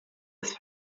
ist